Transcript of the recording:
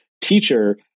teacher